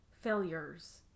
failures